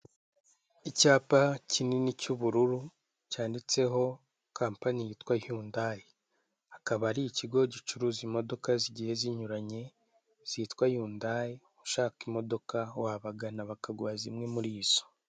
Icyapa kini ni cy'ubururu cyanditseho kampani yitwa yundayi, akaba ari ikigo gicuruza imodoka zigiye zinyuranye zitwa yunadayi, ushaka imodoka wabagana bakaguha zimwe muri zo.